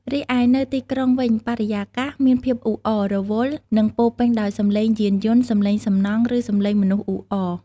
រីឯនៅទីក្រុងវិញ បរិយាកាស មានភាពអ៊ូអរ រវល់ និងពោរពេញដោយ សំឡេង យានយន្ត សំឡេងសំណង់ ឬសំឡេងមនុស្សអ៊ូអរ។